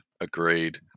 agreed